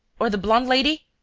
or the blonde lady?